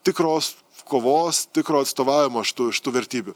tikros kovos tikro atstovavimo šitų šitų vertybių